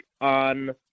on